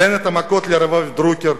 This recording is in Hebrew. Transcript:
תן את המכות לרביב דרוקר.